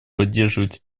поддерживает